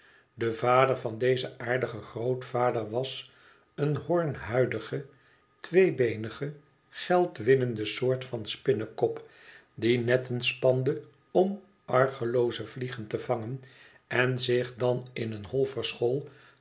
de vader van dezen aardigen grootvader was een hoornhuidige tweebeenige geldwinnende soort van spinnekop die netten spande om argelooze vliegen te vangen en zich dan in een hol verschool